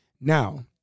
now